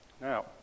Now